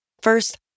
First